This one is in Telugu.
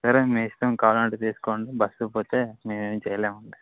సరే మీ ఇష్టం కాాలంటే తీసుకోండి బస్సుకి పోతే మేమేం చేయలేమండి